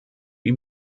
wie